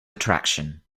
attraction